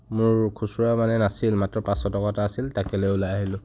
মোৰ খুচুৰা মানে নাছিল মাত্ৰ পাঁচশ টকা এটা আছিল তাকে লৈ ওলাই আহিলোঁ